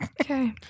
Okay